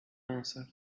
answered